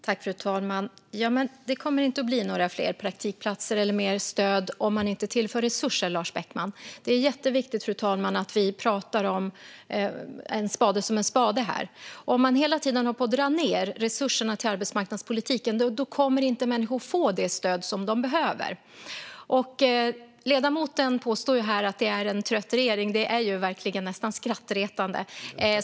Fru talman! Det kommer inte att bli några fler praktikplatser eller något mer stöd, Lars Beckman, om man inte tillför resurser. Det är jätteviktigt, fru talman, att vi pratar om en spade som en spade här. Om man hela tiden håller på att dra ned resurserna till arbetsmarknadspolitiken kommer inte människor att få det stöd som de behöver. Ledamoten påstår här att det är en trött regering. Det är nästan skrattretande.